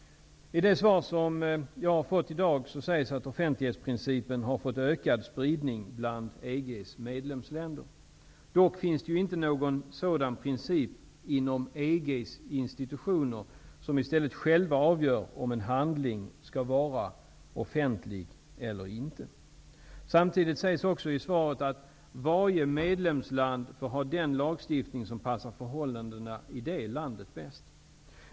I det svar som jag har fått i dag sägs att offentlighetsprincipen har fått ökad spridning bland EG:s medlemsländer. Det finns dock inte någon sådan princip inom EG:s institutioner. De avgör i stället själva om en handling skall vara offentlig eller inte. Samtidigt sägs också i svaret att varje medlemsland får ha den lagstiftning som passar förhållandena i det landet bäst.